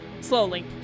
slowly